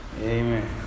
amen